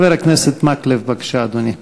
חבר הכנסת מקלב, בבקשה, אדוני.